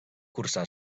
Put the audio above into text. cursar